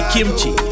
Kimchi